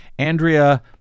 Andrea